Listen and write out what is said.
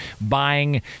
buying